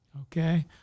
okay